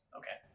okay